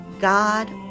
God